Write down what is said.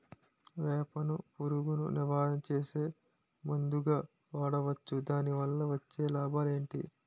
వేప ను పురుగు నివారణ చేసే మందుగా వాడవచ్చా? దాని వల్ల వచ్చే లాభాలు ఏంటి?